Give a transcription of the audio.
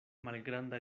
malgranda